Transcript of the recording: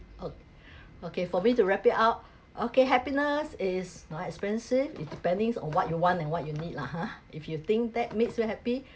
oh okay for me to wrap it up okay happiness is not expensive it depending on what you want and what you need lah ha if you think that makes you happy